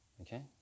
okay